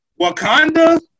Wakanda